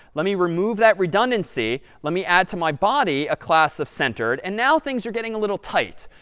let me remove that redundancy. let me add to my body a class of centered. and now things are getting a little tight.